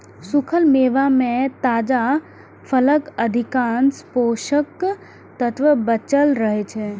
सूखल मेवा मे ताजा फलक अधिकांश पोषक तत्व बांचल रहै छै